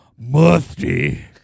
Musty